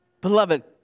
Beloved